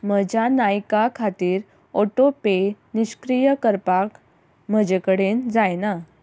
म्हज्या नायका खातीर ओटोपे निश्क्रीय करपाक म्हजे कडेन जायना